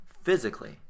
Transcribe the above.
physically